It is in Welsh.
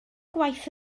gwaith